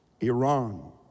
Iran